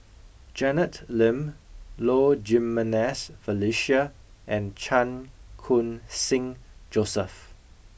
Janet Lim Low Jimenez Felicia and Chan Khun Sing Joseph